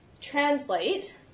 translate